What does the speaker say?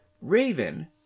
raven